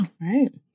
Right